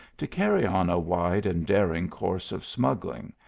to carry on a wide and daring course of smuggling,